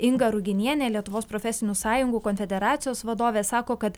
inga ruginienė lietuvos profesinių sąjungų konfederacijos vadovė sako kad